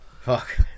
fuck